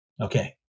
Okay